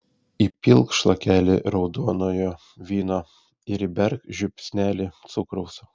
įpilk šlakelį raudonojo vyno ir įberk žiupsnelį cukraus